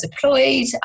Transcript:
deployed